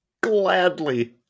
Gladly